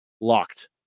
locked